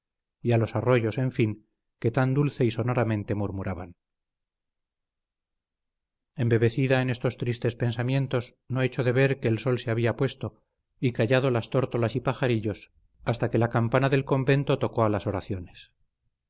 a los arroyos en fin que tan dulce y sonoramente murmuraban embebecida en estos tristes pensamientos no echó de ver que el sol se había puesto y callado las tórtolas y pajarillos hasta que la campana del convento tocó a las oraciones